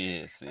Yes